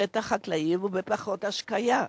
שטח חקלאי ובפחות השקיה,